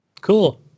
Cool